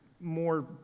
more